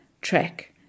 track